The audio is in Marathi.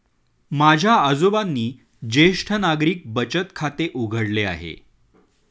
माझ्या आजोबांनी ज्येष्ठ नागरिक बचत खाते उघडले आहे